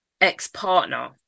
ex-partner